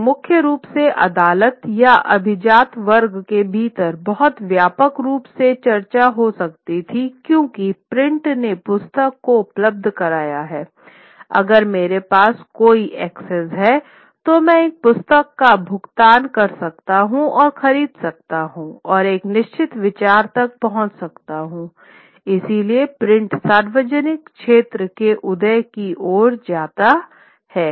तब तक मुख्य रूप से अदालत या अभिजात वर्ग के भीतर बहुत व्यापक रूप से चर्चा हो सकती है क्योंकि प्रिंट ने पुस्तक को उपलब्ध कराया है अगर मेरे पास कोई एक्सेस है तो मैं एक पुस्तक का भुगतान कर सकता हूं और खरीद सकता हूं और एक निश्चित विचार तक पहुंच सकता हूँ इसलिए प्रिंट सार्वजनिक क्षेत्र के उदय की ओर जाता है